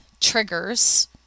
triggers